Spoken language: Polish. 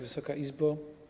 Wysoka Izbo!